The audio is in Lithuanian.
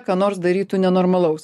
ką nors darytų nenormalaus